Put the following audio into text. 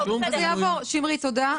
שמרית, תודה.